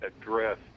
address